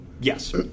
Yes